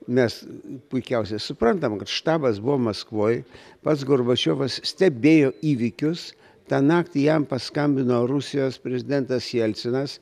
mes puikiausiai suprantam kad štabas buvo maskvoj pats gorbačiovas stebėjo įvykius tą naktį jam paskambino rusijos prezidentas jelcinas